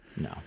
No